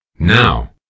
Now